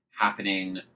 happening